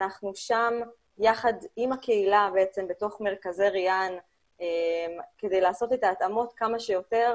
אנחנו שם יחד עם הקהילה בתוך מרכזי ריאן כדי לעשות את ההתאמות כמה שיותר